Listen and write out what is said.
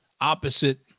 opposite